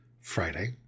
Friday